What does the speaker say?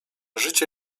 życie